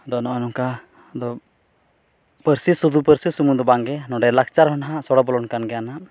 ᱟᱫᱚ ᱱᱚᱜᱼᱚᱭ ᱱᱚᱝᱠᱟ ᱟᱫᱚ ᱯᱟᱹᱨᱥᱤ ᱥᱩᱫᱩ ᱯᱟᱹᱨᱥᱤ ᱥᱩᱢᱩᱝ ᱫᱚ ᱵᱟᱝᱜᱮ ᱱᱚᱸᱰᱮ ᱞᱟᱠᱪᱟᱨ ᱦᱚᱸ ᱱᱟᱜ ᱥᱚᱲᱚ ᱵᱚᱞᱚᱱ ᱠᱟᱱᱜᱮᱭᱟ ᱱᱟᱜ